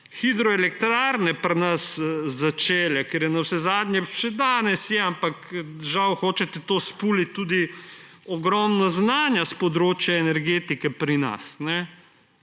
hidroelektrarne pri nas začele, ker je navsezadnje še danes, ampak žal nam hočete to spuliti, tudi ogromno znanja s področja energetike pri nas.